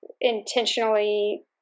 intentionally